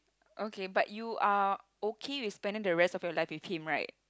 okay but you are okay with spending the rest of your life with him right